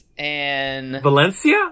Valencia